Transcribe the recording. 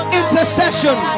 intercession